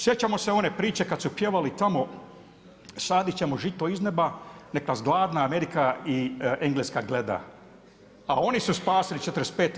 Sjećamo se one priče kad su pjevali tamo, sadit ćemo žito iz neba, nek nas gladna Amerika i Engleska gleda, a oni su spasili '45.